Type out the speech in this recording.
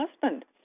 husband